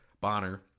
Bonner